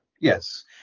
Yes